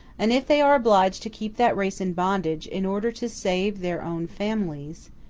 and if they are obliged to keep that race in bondage in order to save their own families,